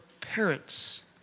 parents